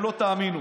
אלקין.